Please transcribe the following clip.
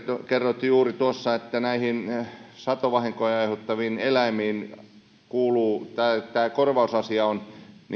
kerroitte juuri tuossa että näihin satovahinkoja aiheuttaviin eläimiin kuuluva korvausasia on